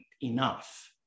enough